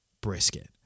Brisket